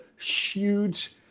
huge